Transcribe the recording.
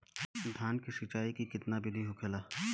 धान की सिंचाई की कितना बिदी होखेला?